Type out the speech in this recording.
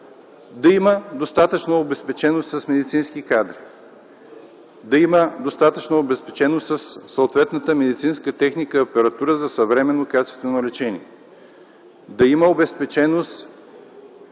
Да има достатъчно обезпеченост с медицински кадри, да има достатъчно обезпеченост със съответната медицинска техника и апаратура за съвременно качествено лечение, да има обезпеченост